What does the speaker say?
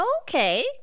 Okay